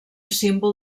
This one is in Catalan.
símbol